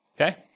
okay